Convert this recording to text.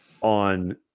on